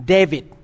David